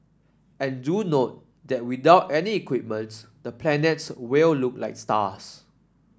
and do note that without any equipments the planets will look like stars